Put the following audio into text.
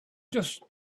just